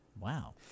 Wow